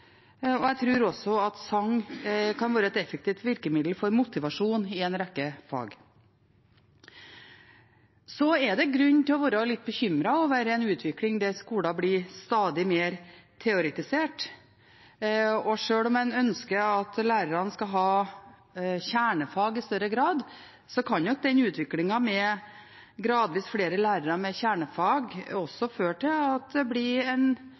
og jeg tror sang kan være et effektivt virkemiddel for motivasjon i en rekke fag. Det er grunn til å være litt bekymret over en utvikling der skolen blir stadig mer teoretisert. Selv om en ønsker at lærerne skal ha kjernefag i større grad, kan nok den utviklingen med gradvis flere lærere med kjernefag også føre til at det blir en